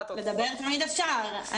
לדבר תמיד אפשר.